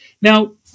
Now